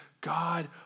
God